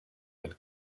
veel